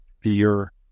fear